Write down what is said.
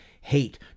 hate